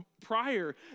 prior